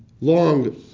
long